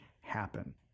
happen